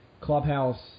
clubhouse